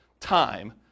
time